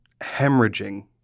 hemorrhaging